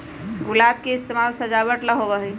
गुलाब के इस्तेमाल सजावट ला होबा हई